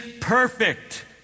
perfect